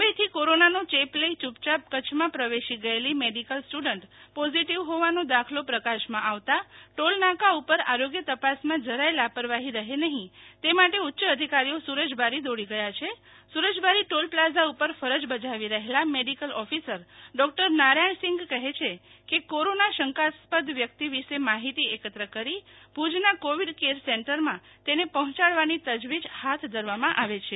મું બઈ થી કોરોના નો ચેપ લઈ યૂ પચાપ કરછમાં પ્રવેશી ગયેલી મેડિકલ સ્ટુડન્ટપોઝીટીવ હોવાનો નો દાખલો પ્રકાશ માં આવતા ટોલ નાકા ઉપર આરોગ્ય તપાસ માં જરાય લાપરવાહી રહે નહિ તે માટે ઉચ્ય અધિકારીઓ સૂ રજબારી દોડી ગયા છે સુ રજબારી ટોલ પ્લાઝા ઉપર ફરજ બજાવી રહેલા medical officer doctor Narayan Sindh કહે છે કે કોરોના શંકાસ્પદ વ્યક્તિ વિષે માહિતી એકત્ર કરી ભુજ ના કોવિડ કેર સેન્ટરે માં તેને પર્હોચાડવાની તજવીજ હાથ ધરવા માં આવે છે